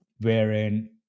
wherein